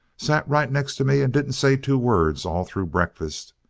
sat right next to me and didn't say two words all through breakfast.